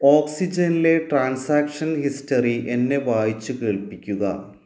ഓക്സിജനിലെ transaction history എന്നെ വായിച്ചു കേൾപ്പിക്കുക